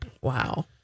Wow